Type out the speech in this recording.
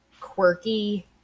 quirky